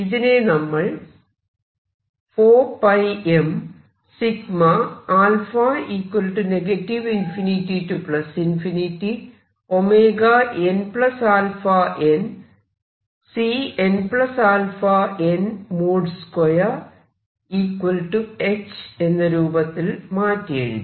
ഇതിനെ നമ്മൾ 4πmα ∞nαn|Cnαn |2hഎന്ന രൂപത്തിൽ മാറ്റി എഴുതി